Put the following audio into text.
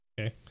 Okay